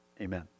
amen